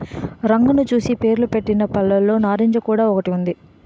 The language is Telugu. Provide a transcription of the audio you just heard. రంగును చూసి పేరుపెట్టిన పళ్ళులో నారింజ కూడా ఒకటి ఉంది